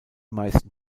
meisten